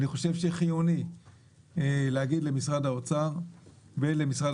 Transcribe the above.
אני חושב שחיוני להגיד למשרד האוצר ולמשרד